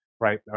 right